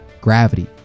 gravity